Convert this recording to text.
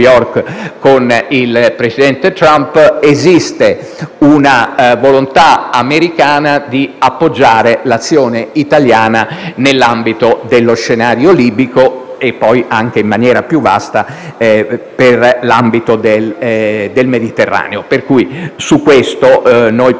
con il presidente Trump, che esiste una volontà americana di appoggiare l'azione italiana nell'ambito dello scenario libico e, in maniera più vasta, nell'ambito del Mediterraneo: su questo possiamo